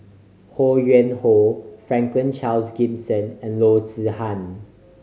Ho Yuen Hoe Franklin Charles Gimson and Loo Zihan